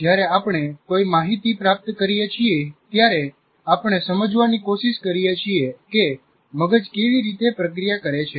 જ્યારે આપણે કોઈ માહિતી પ્રાપ્ત કરીએ છીએ ત્યારે આપણે સમજવાની કોશિશ કરીએ છીએ કે મગજ કેવી રીતે પ્રક્રિયા કરે છે